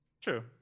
True